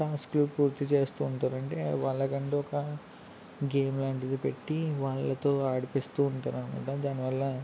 టాస్క్లు పూర్తి చేస్తుంటారు అంటే వాళ్ళకంటూ ఒక గేమ్ లాంటిది పెట్టి వాళ్ళతో ఆడిపిస్తూ ఉంటారనమాట దానివల్ల